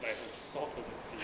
like soft 的东西